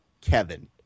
Kevin